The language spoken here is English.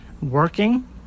working